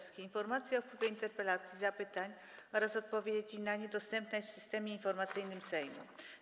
oraz więźniów Informacja o wpływie interpelacji, zapytań oraz odpowiedzi na nie dostępna jest w Systemie Informacyjnym Sejmu.